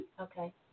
Okay